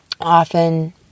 often